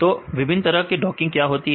तो विभिन्न तरह की डॉकिंग क्या होता है